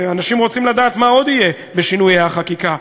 ואנשים רוצים לדעת מה עוד יהיה בשינויי החקיקה.